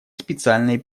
специальные